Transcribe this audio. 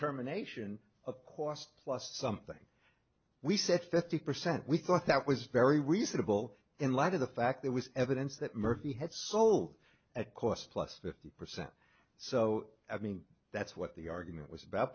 determination of cost plus something we said fifty percent we thought that was very reasonable in light of the fact there was evidence that murphy had so at cost plus fifty percent so i mean that's what the argument was about